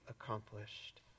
accomplished